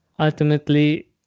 Ultimately